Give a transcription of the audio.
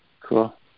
Cool